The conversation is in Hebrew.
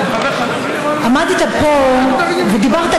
עמדת פה ודיברת,